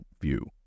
view